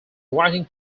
writing